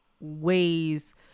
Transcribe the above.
ways